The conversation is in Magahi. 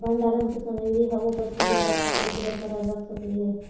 भंडारण के समय भी हम उपज की गुणवत्ता कैसे बरकरार रख सकली हे?